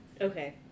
okay